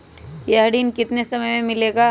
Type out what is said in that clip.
यह ऋण कितने समय मे मिलेगा?